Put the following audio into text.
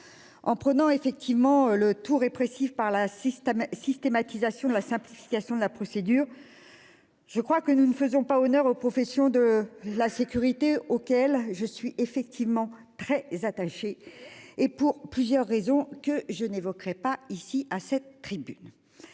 En prenant effectivement le tout répressif par la système systématisation de la simplification de la procédure. Je crois que nous ne faisons pas honneur aux professions de la sécurité auquel je suis effectivement très attaché et pour plusieurs raisons, que je n'évoquerai pas ici à cette tribune.